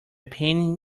penny